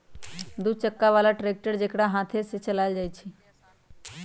दू चक्का बला ट्रैक्टर जेकरा हाथे से चलायल जाइ छइ